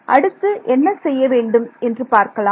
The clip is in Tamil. அடுத்து என்ன செய்ய வேண்டும் என்று பார்க்கலாம்